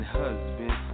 husband